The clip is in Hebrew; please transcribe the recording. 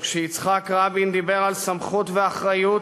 וכשיצחק רבין דיבר על סמכות ואחריות,